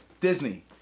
Disney